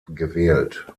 gewählt